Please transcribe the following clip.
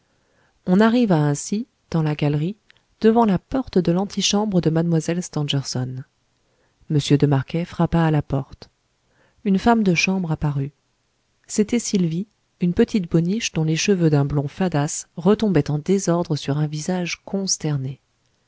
on arriva ainsi dans la galerie devant la porte de l'antichambre de mlle stangerson m de marquet frappa à la porte une femme de chambre apparut c'était sylvie une petite boniche dont les cheveux d'un blond fadasse retombaient en désordre sur un visage consterné